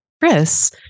Chris